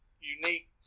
unique